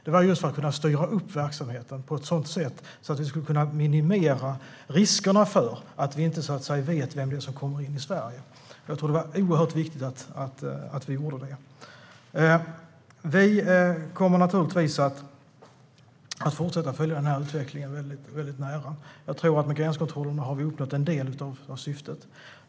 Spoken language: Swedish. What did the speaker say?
Det gjorde vi för att kunna styra upp verksamheten så att vi kan minimera riskerna med inte veta vem det är som kommer in i Sverige. Det var oerhört viktigt att vi gjorde det. Vi kommer att fortsätta följa utvecklingen väldigt nära. Jag tror att vi med gränskontrollerna har uppnått en del av syftet.